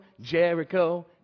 Jericho